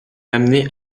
l’amener